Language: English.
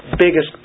Biggest